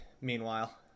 meanwhile